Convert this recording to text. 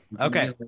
Okay